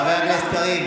חבר הכנסת קריב,